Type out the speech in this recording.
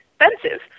expensive